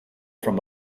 from